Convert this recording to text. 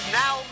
now